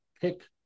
pick